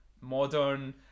modern